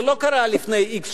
זה לא קרה לפני x שנים.